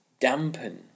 dampen